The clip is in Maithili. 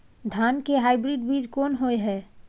धान के हाइब्रिड बीज कोन होय है?